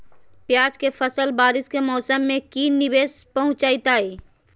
प्याज के फसल बारिस के मौसम में की निवेस पहुचैताई?